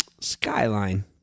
Skyline